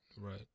Right